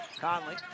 Conley